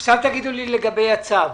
עכשיו תאמרו לגבי הצו.